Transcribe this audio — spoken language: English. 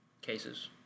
Cases